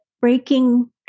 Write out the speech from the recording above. breaking